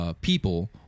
people